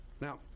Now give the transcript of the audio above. Now